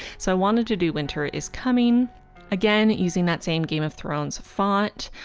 so i wanted to do winter is coming again using that same game of thrones font.